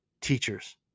teachers